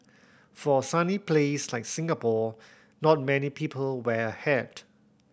for a sunny place like Singapore not many people wear a hat